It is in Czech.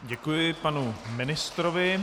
Děkuji panu ministrovi.